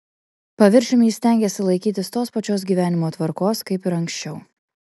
paviršium jis stengėsi laikytis tos pačios gyvenimo tvarkos kaip ir anksčiau